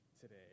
today